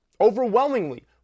overwhelmingly